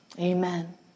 amen